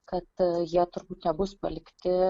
kad jie turbūt nebus palikti